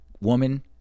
woman